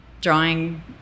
drawing